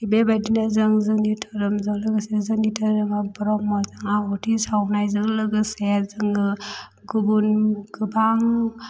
बेबायदिनो जों जोंनि धोरोमजों लोगोसे जोंनि धोरोम ब्रह्म धोरोम आवाथि सावनायजों लोगोसे जोङो गुबुन गोबां